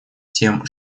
тем